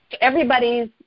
Everybody's